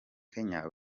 kenya